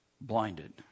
blinded